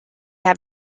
have